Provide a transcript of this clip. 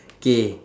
okay